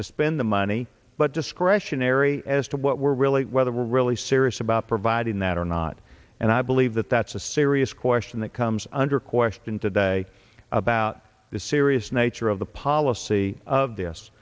to spend the money but discretionary as to what we're really whether we're really serious about providing that or not and i believe that that's a serious question that comes under question today about the serious nature of the policy of this